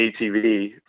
ATV